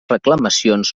reclamacions